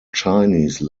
chinese